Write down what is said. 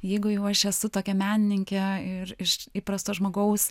jeigu jau aš esu tokia menininkė ir iš įprasto žmogaus